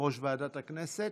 יושב-ראש ועדת הכנסת.